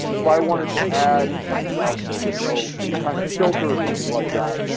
if i wanted to add um you know any kind of filter or something like that,